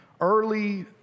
early